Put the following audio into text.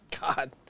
God